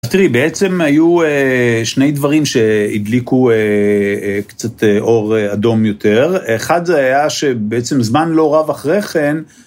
תראי, בעצם היו שני דברים שהדליקו קצת אור אדום יותר, אחד זה היה שבעצם זמן לא רב אחרי כן,